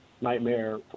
nightmare